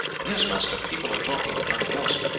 yes, master, people are talking of nothing else.